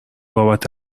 بابت